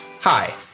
Hi